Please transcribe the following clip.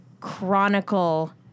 chronicle